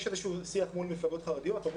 יש שיח מול מפלגות חרדיות.